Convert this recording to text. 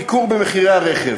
ייקור במחירי הרכב,